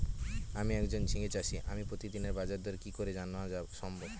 আমি একজন ঝিঙে চাষী আমি প্রতিদিনের বাজারদর কি করে জানা সম্ভব?